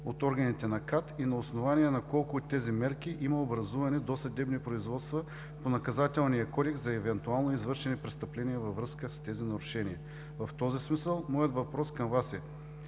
от органите на КАТ и на основание на колко от тези мерки има образувани досъдебни производства по Наказателния кодекс за евентуално извършени престъпления за тези нарушения? В този смисъл моят въпрос към Вас е: